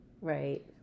Right